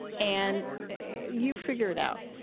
and you figure it out,